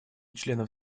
членов